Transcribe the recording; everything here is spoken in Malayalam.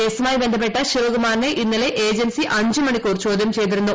കേസുമായി ബന്ധപ്പെട്ട് ശിവകുമാറിനെ ഇന്നലെ ഏജൻസി അഞ്ച് മണിക്കൂർ ചോദ്യം ചെയ്തിരുന്നു